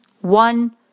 one